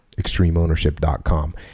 Extremeownership.com